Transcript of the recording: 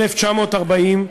1940,